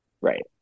right